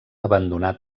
abandonà